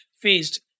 faced